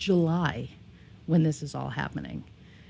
july when this is all happening